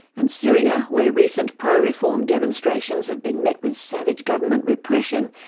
and syria, where recent pro-reform demonstrations have been met with savage government repression,